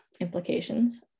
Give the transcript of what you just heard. implications